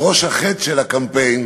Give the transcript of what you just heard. וראש החץ של הקמפיין